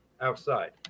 outside